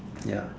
ya